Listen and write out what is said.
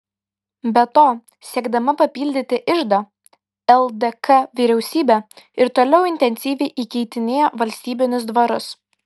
be to siekdama papildyti iždą ldk vyriausybė ir toliau intensyviai įkeitinėjo valstybinius dvarus